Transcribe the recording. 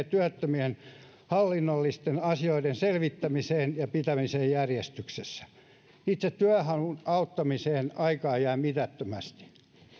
työttömien hallinnollisten asioiden selvittämiseen ja pitämiseen järjestyksessä itse työnhaussa auttamiseen aikaa jää mitättömästi